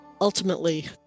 Ultimately